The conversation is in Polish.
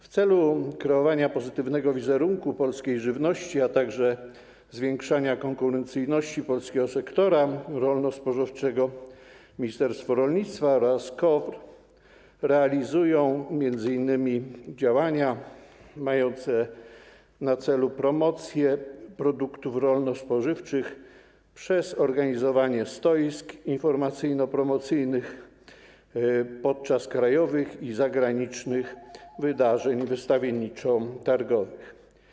W celu kreowania pozytywnego wizerunku polskiej żywności, a także zwiększania konkurencyjności polskiego sektora rolno-spożywczego ministerstwo rolnictwa oraz KOWR realizują m.in. działania mające na celu promocję produktów rolno-spożywczych przez organizowanie stoisk informacyjno-promocyjnych podczas krajowych i zagranicznych wydarzeń wystawienniczo-targowych.